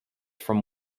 from